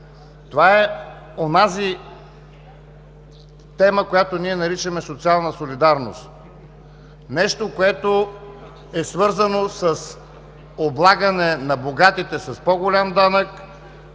Това е онази тема, която ние наричаме „социална солидарност“ – нещо, което е свързано с облагане на богатите с по-голям данък,